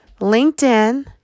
LinkedIn